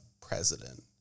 president